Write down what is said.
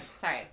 sorry